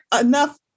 enough